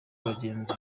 abagenzi